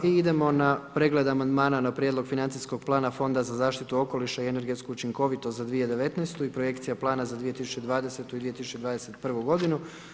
I idemo na pregled amandmana na prijedlog financijskog plana Fonda za zaštitu okoliša i energetsku učinkovitost za 2019.-tu i i projekcija plana za 2020. i 2021. godinu.